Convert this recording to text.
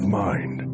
mind